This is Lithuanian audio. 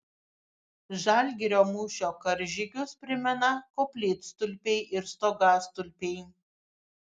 žalgirio mūšio karžygius primena koplytstulpiai ir stogastulpiai